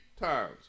times